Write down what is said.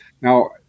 Now